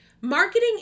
Marketing